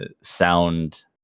sound